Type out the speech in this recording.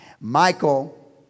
Michael